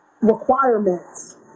requirements